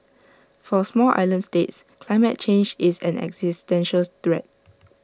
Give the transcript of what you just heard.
for small island states climate change is an existential threat